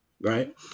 Right